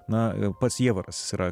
na pas ievą